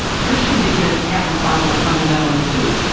christians, he said, have a problem with fundamentalist too.